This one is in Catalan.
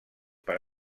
per